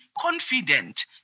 confident